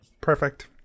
perfect